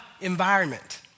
environment